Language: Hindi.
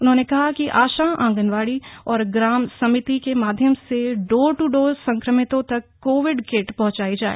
उन्होने कहा कि आशा आंगनवाड़ी और ग्राम समिति के माध्यम से डोर टू डोर संक्रमितों तक कोविड किट पहुंचायी जाए